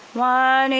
why